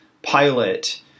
pilot